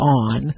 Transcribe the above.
on